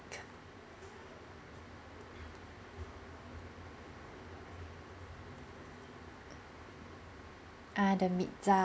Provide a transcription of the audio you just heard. uh the meat~